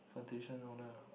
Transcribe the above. plantation owner